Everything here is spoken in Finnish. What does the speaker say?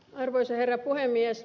arvoisa herra puhemies